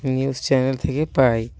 news channel থেকে পাই